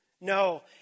No